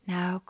Now